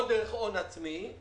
או דרך הון עצמי,